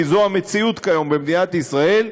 כי זו המציאות כיום במדינת ישראל,